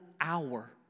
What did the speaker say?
hour